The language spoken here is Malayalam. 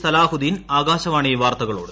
സലാഹുദ്ദീൻ ആകാശവാണി വാർത്തകളോട്